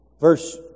Verse